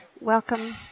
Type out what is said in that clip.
welcome